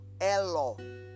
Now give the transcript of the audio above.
Elo